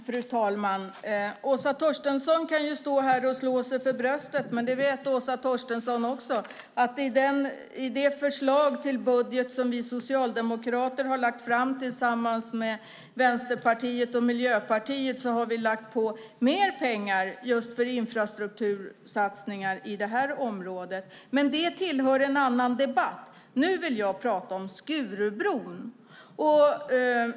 Fru talman! Åsa Torstensson kan stå här och slå sig bröstet, men Åsa Torstensson vet att i det förslag till budget som vi socialdemokrater har lagt fram tillsammans med Vänsterpartiet och Miljöpartiet har vi lagt mer pengar på just infrastruktursatsningar i det här området. Men det tillhör en annan debatt; nu vill jag prata om Skurubron.